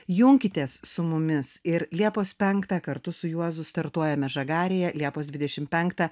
junkitės su mumis ir liepos penktą kartu su juozu startuojame žagarėje liepos dvidešimt penktą